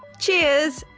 cheers.